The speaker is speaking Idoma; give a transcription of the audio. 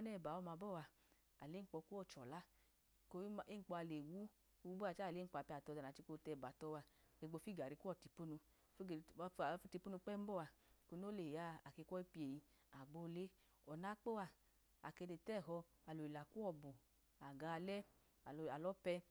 ayinẹ ẹpa kum, ami mlanu ke babababa, nke yuklọnu bọ yuklọmi, ọda nun chika oya nleya bọ kpm, ẹ nun ga nyẹ ga ga ọtukpo kpọ, nmotukpo kpọ a nga nyẹ saliva itumakọdi, n ga gumakọdi kpem ma abọ n nwoje n nweyi oya, odọ ya kpem no banya.